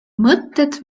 mõtted